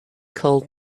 called